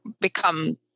become